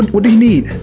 what do you need!